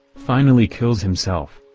finally kills himself.